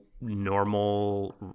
normal